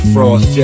Frost